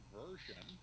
version